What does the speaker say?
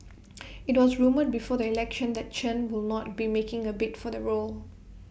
IT was rumoured before the election that Chen will not be making A bid for the role